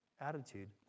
attitude